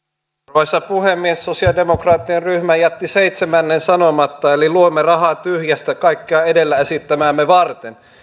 arvoisa puhemies sosiaalidemokraattien ryhmä jätti seitsemännen sanomatta luomme rahaa tyhjästä kaikkea edellä esittämäämme varten